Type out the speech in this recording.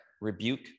rebuke